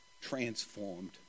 transformed